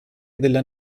della